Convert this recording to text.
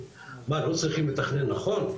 מה לא צריכים לתכנן נכון?